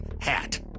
hat